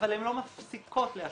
אבל הן לא מפסיקות להשפיע.